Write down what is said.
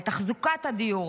על תחזוקת הדיור,